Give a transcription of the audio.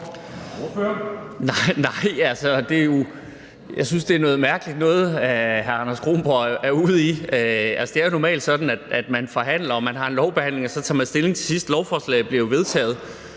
Lauritzen (V): Nej. Jeg synes, det er noget mærkeligt noget, hr. Anders Kronborg er ude i. Det er jo normalt sådan, at man forhandler, man har en lovbehandling, og så tager man stilling til sidst. Lovforslaget bliver jo vedtaget.